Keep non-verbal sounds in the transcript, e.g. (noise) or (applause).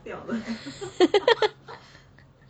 (laughs)